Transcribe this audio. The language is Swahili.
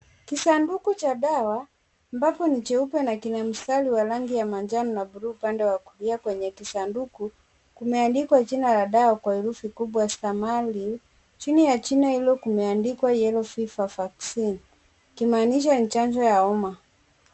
Kisanduku cha dawa ambapo ni cheupe na kina mstari wa rangi ya manjano na bluu. Upande wa kulia kwenye kisanduku kumeandikwa jina la dawa kwa herufi kubwa STAMARIL. Chini ya jina hilo kumeandikwa yellow fever vaccine ikimaanisha ni chanjo ya homa.